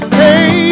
hey